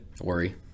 Worry